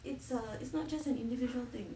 it's a it's not just an individual thing